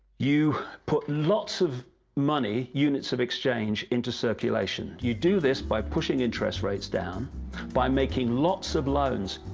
you put lots of money units of exchange into circulation. you do this by pushing interest rates down by making lots of loans.